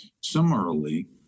Similarly